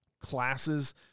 classes